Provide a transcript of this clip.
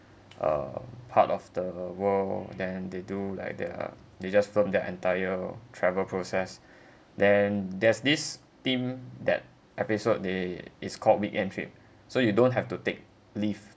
uh part of the world then they do like they are they just film their entire travel process then there's this team that episode they it's called weekend trip so you don't have to take leave